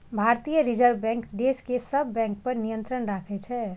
भारतीय reserve bank देश के सब बैंक पर नियंत्रण राखै छै